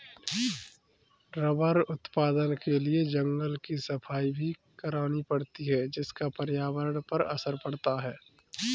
rubber उत्पादन के लिए जंगल की सफाई भी करवानी पड़ती है जिसका पर्यावरण पर असर पड़ता है